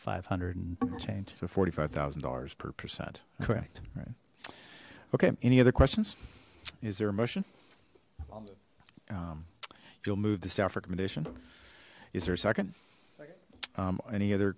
five hundred and change for forty five thousand dollars per percent correct right okay any other questions is there a motion if you'll move the staff recommendation is there a second any other